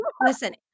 Listen